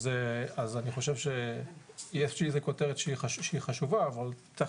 אני חושב ש-ESG זו כותרת חשובה אבל צריך